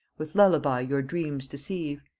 with lullaby your dreams deceive,